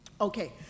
Okay